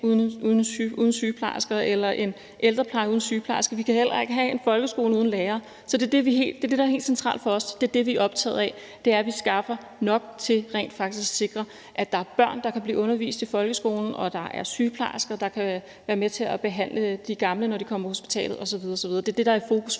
uden sygeplejersker eller en ældrepleje uden sygeplejersker. Vi kan heller ikke have en folkeskole uden lærere. Så det er det, der er helt centralt for os. Det er det, vi er optaget af, altså at vi skaffer nok til rent faktisk at sikre, at der er børn, der kan blive undervist i folkeskolen, og at der er sygeplejersker, der kan være med til at behandle de gamle, når de kommer på hospitalet osv. osv. Det er det, der er i fokus for